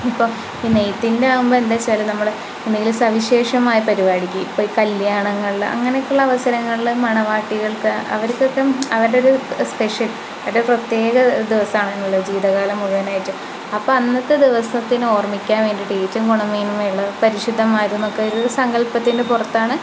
ഇപ്പം നെയ്ത്തിൻ്റെ ആകുമ്പം എന്താ വെച്ചാൽ നമ്മൾ എന്തെങ്കിലും സവിശേഷമായ പരിപാടിക്ക് ഇപ്പം കല്യാണങ്ങൾ അങ്ങനെയൊക്കെയുള്ള അവസരങ്ങളിൽ മണവാട്ടികൾക്ക് അവർക്കൊക്കെ അവരുടെ ഒരു സ്പെഷ്യൽ അത് പ്രത്യേക ദിവസമാണല്ലോ ജീവിതകാലം മുഴുവനായിട്ടും അപ്പം അന്നത്തെ ദിവസത്തിന് ഓർമ്മിക്കാൻ വേണ്ടിയിട്ട് ഏറ്റവും ഗുണമേന്മയുള്ള പരിശുദ്ധമായതും നമ്മൾക്കൊരു സങ്കൽപ്പത്തിന് പുറത്താണ്